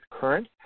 current